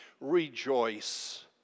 rejoice